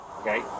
Okay